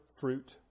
fruit